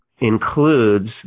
includes